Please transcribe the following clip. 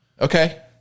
Okay